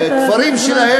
מהכפרים שלהם,